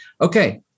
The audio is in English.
Okay